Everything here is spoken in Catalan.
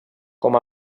com